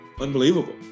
unbelievable